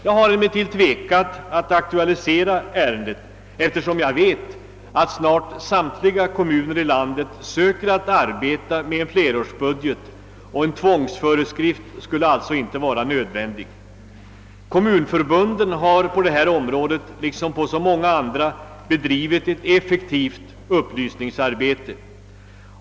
Jag har emellertid tvekat att aktualisera ärendet, eftersom jag vet att snart sagt samtliga kommuner i landet söker att arbeta med flerårsbudget. En tvångsföreskrift skulle alltså inte vara nödvändig. Kommunförbunden har på detta område liksom på så många andra bedrivit ett effektivt upplysningsarbete.